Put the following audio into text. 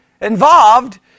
involved